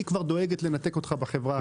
היא כבר דואגת לנתק אותך בחברה הקודמת.